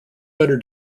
better